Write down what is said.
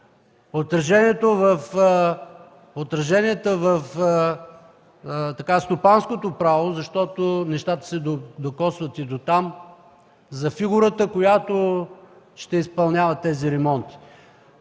отраженията в стопанското право, защото нещата се докосват и дотам – за фигурата, която ще изпълнява тези ремонти.